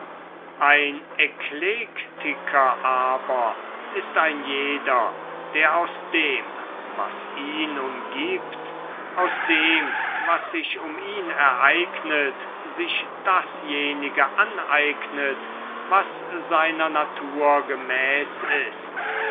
ein eklektiker aber ist ein jeder der aus dem was ihn umgibt aus dem was sich um ihn ereignet sich dasjenige aneignet was seiner natur gemäß ist